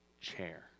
chair